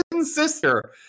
sister